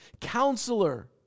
Counselor